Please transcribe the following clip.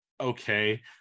okay